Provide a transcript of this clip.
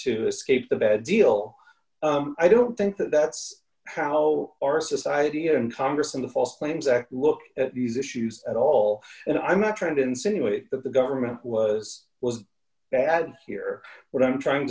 to escape the bad deal i don't think that that's how our society and congress and the false claims act look at these issues at all and i'm not trying to insinuate that the government was was bad here but i'm trying